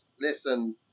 listen